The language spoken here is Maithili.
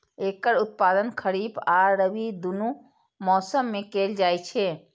एकर उत्पादन खरीफ आ रबी, दुनू मौसम मे कैल जाइ छै